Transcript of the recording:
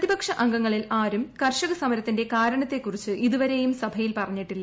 പ്രതിപക്ഷ അംഗങ്ങളിൽ ആരും കർഷക സമരത്തിന്റെ കാരണത്തെക്കുറിച്ച് ഇതുവരെയും സഭയിൽ പറഞ്ഞിട്ടില്ല